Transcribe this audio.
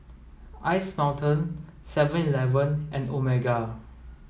Ice Mountain seven eleven and Omega